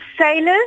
sailors